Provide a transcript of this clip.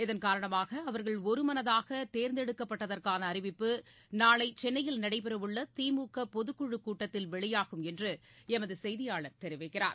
இதன் காரணமாக அவா்கள் இருமனதாகதேர்ந்தெடுக்கப்பட்டதற்கானஅறிவிப்பு நாளைசென்னையில் நடைபெறஉள்ளதிமுகபொதுக்குழுகூட்டத்தில் வெளியாகும் என்றுஎமதுசெய்தியாளர் தெரிவிக்கிறார்